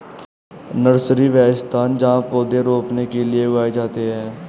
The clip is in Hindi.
नर्सरी, वह स्थान जहाँ पौधे रोपने के लिए उगाए जाते हैं